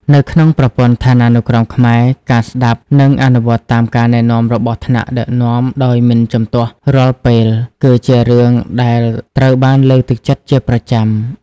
នៅក្នុងប្រព័ន្ធឋានានុក្រមខ្មែរ ការស្តាប់ និងអនុវត្តតាមការណែនាំរបស់ថ្នាក់ដឹកនាំដោយមិនជំទាស់រាល់ពេល គឺជារឿងដែលត្រូវបានលើកទឹកចិត្តជាប្រចាំ។